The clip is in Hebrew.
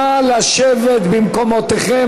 נא לשבת במקומותיכם,